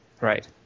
right